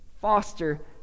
foster